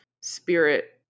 Spirit